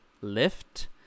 lift